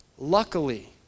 Luckily